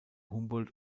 humboldt